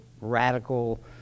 radical